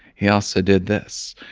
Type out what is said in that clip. he also did this.